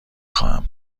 خواهم